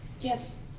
Yes